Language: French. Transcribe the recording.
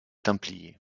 templiers